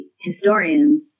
historians